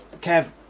kev